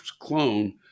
clone